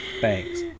Thanks